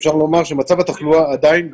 אפשר לומר שמצב התחלואה עדיין גבוה,